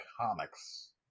comics